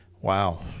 Wow